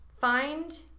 Find